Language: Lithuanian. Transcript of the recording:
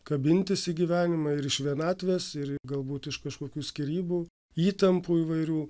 kabintis į gyvenimą ir iš vienatvės ir galbūt iš kažkokių skyrybų įtampų įvairių